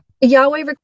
yahweh